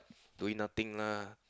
doing nothing lah